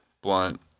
blunt